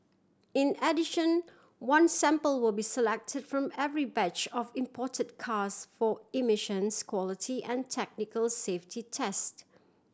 in addition one sample will be selected from every batch of imported cars for emissions quality and technical safety test